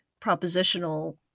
propositional